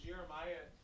Jeremiah